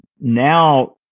now